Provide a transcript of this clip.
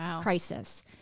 crisis